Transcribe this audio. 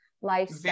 life